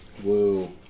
Whoa